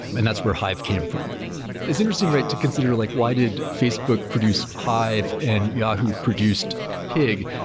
and that's where hive came from it's interesting, right, to consider like why did facebook produce hive and yahoo produced pig.